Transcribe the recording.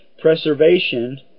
preservation